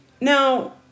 Now